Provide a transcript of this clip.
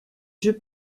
jeux